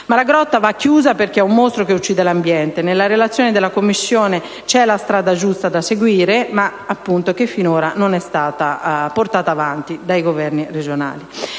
Malagrotta va chiusa perché è un mostro che uccide l'ambiente. Nella Relazione della Commissione bicamerale c'è la strada giusta da seguire (che però finora non è stata portata avanti dai governi regionali):